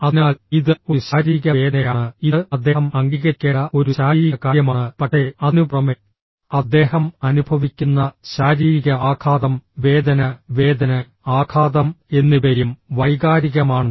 അതിനാൽ ഇത് ഒരു ശാരീരിക വേദനയാണ് ഇത് അദ്ദേഹം അംഗീകരിക്കേണ്ട ഒരു ശാരീരിക കാര്യമാണ് പക്ഷേ അതിനുപുറമെ അദ്ദേഹം അനുഭവിക്കുന്ന ശാരീരിക ആഘാതം വേദന വേദന ആഘാതം എന്നിവയും വൈകാരികമാണ്